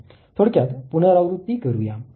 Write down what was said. थोडक्यात पुनरावृत्ती करूया